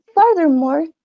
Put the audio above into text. Furthermore